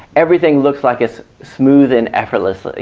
everything looks like it's smooth and effortless.